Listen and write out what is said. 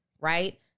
right